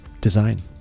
design